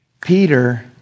Peter